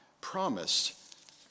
promised